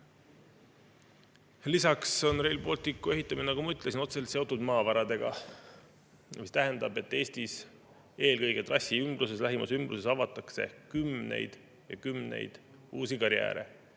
Lisaks on Rail Balticu ehitamine, nagu ma ütlesin, otseselt seotud maavaradega, mis tähendab, et Eestis eelkõige trassi lähimas ümbruses avatakse kümneid ja kümneid uusi karjääre,